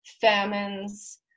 famines